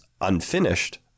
unfinished